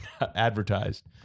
advertised